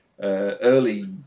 early